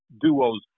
duos